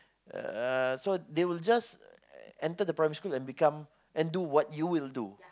uh so they will just enter the primary school and become and do what you will do